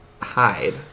hide